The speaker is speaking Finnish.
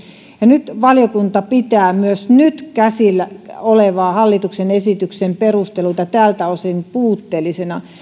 ja valiokunta pitää myös nyt käsillä olevan hallituksen esityksen perusteluita tältä osin puutteellisina